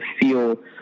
feel